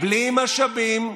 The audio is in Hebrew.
בלי משאבים,